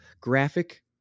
graphic